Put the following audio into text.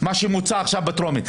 שמוצע בטרומית.